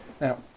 Now